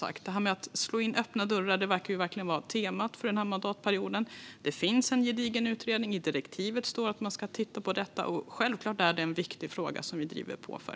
Att slå in öppna dörrar verkar verkligen vara temat för den här mandatperioden. Det finns en gedigen utredning. I direktivet står att man ska titta på detta. Självklart är det en viktig fråga som vi driver på för.